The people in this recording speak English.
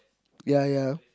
ya ya